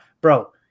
Bro